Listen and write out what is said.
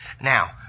Now